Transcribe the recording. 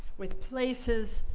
with places,